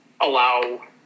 allow